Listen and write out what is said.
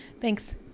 thanks